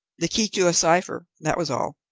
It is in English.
the key to a cipher that was all.